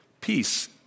peace